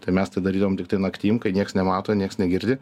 tai mes tą darydavom tiktai naktim kai nieks nemato nieks negirdi